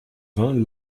vingts